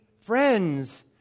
friends